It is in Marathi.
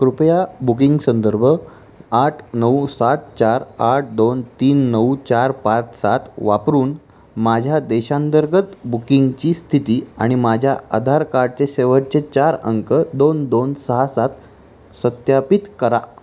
कृपया बुकिंग संदर्भ आठ नऊ सात चार आठ दोन तीन नऊ चार पाच सात वापरून माझ्या देशांतर्गत बुकिंगची स्थिती आणि माझ्या आधार कार्डचे शेवटचे चार अंक दोन दोन सहा सात सत्यापित करा